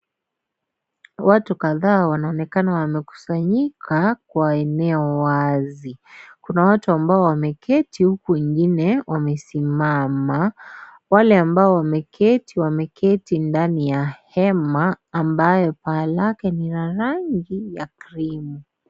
Watu kadhaa wanaonekana wamekusanyika kwa eneo wazi. Kuna watu ambao wameketi huku wengine wamesimama. Wale ambao wameketi, wameketi ndani ya hema ambayo paa lake ni la rangi ya (cs)cream (cs).